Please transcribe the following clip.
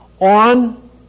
on